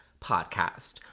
Podcast